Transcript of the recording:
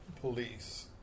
police